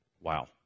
Wow